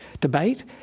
debate